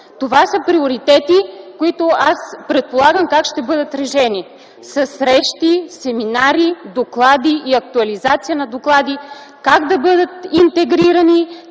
Това са приоритети, които аз предполагам как ще бъдат решени – със срещи, семинари, доклади и актуализация на доклади как да бъдат интегрирани,